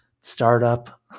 startup